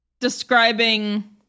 describing